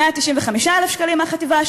195,000 שקלים מהחטיבה,